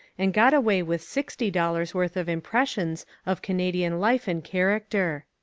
and got away with sixty dollars' worth of impressions of canadian life and character.